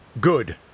Good